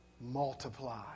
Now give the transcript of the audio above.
multiply